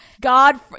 God